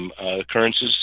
occurrences